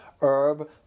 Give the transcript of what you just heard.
herb